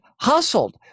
hustled